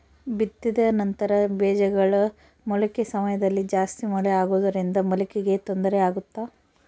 ಬಿತ್ತಿದ ನಂತರ ಬೇಜಗಳ ಮೊಳಕೆ ಸಮಯದಲ್ಲಿ ಜಾಸ್ತಿ ಮಳೆ ಆಗುವುದರಿಂದ ಮೊಳಕೆಗೆ ತೊಂದರೆ ಆಗುತ್ತಾ?